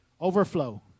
Overflow